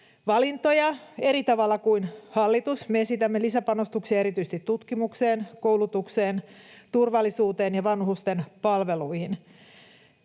arvovalintoja eri tavalla kuin hallitus. Me esitämme lisäpanostuksia erityisesti tutkimukseen, koulutukseen, turvallisuuteen ja vanhustenpalveluihin.